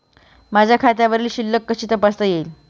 माझ्या खात्यावरील शिल्लक कशी तपासता येईल?